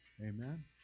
Amen